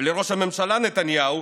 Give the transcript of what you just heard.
לראש הממשלה נתניהו,